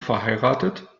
verheiratet